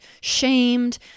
shamed